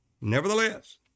Nevertheless